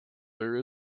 there